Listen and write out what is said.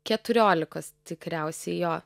keturiolikos tikriausiai jo